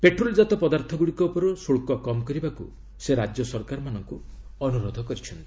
petrol ଜାତ ପଦାର୍ଥଗୁଡ଼ିକ ଉପରୁ ଶୁଲ୍କ କମ୍ କରିବାକୁ ସେ ରାଜ୍ୟ ସରକାରମାନଙ୍କୁ ଅନ୍ତରୋଧ କରିଛନ୍ତି